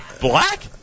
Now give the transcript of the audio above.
Black